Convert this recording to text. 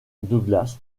douglas